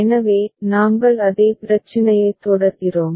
எனவே நாங்கள் அதே பிரச்சினையைத் தொடர்கிறோம்